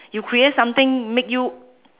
you create something make you